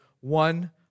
one